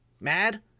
mad